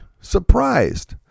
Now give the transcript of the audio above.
surprised